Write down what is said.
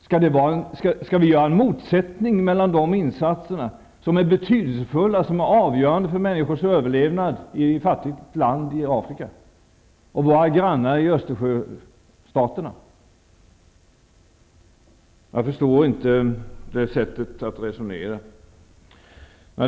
Skall vi sätta upp en motsättning mellan å ena sidan insatser som är betydelsefulla, ja, avgörande, för människors överlevnad i ett fattigt land i Afrika och å andra sidan insatser för våra grannar i Östersjöstaterna? Jag förstår inte ett sådant resonemang.